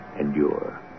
endure